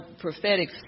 prophetic